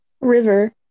River